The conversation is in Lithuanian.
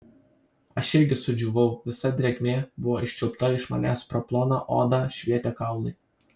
aš irgi sudžiūvau visa drėgmė buvo iščiulpta iš manęs pro ploną odą švietė kaulai